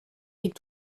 est